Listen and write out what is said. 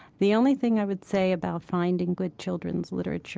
the only thing i would say about finding good children's literature